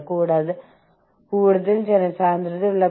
soda അഥവാ ഏതെങ്കിലും തരത്തിലുള്ള വായു നിറച്ച പാനീയങ്ങൾ വളരെ ജനപ്രിയമാണ്